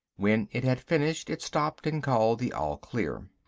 when it had finished it stopped and called the all-clear.